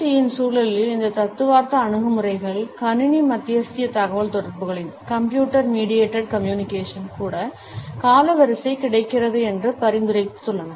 சியின் சூழலில் இந்த தத்துவார்த்த அணுகுமுறைகள் கணினி மத்தியஸ்த தகவல்தொடர்புகளில் கூட காலவரிசை கிடைக்கிறது என்று பரிந்துரைத்துள்ளன